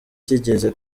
kigeze